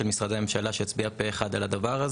של משרדי ממשלה שהצביעה פה אחד על זה.